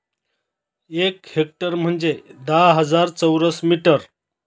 एक हेक्टर म्हणजे दहा हजार चौरस मीटर